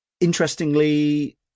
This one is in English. interestingly